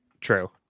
True